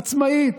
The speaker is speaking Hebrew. עצמאית,